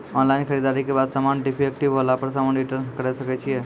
Online खरीददारी के बाद समान डिफेक्टिव होला पर समान रिटर्न्स करे सकय छियै?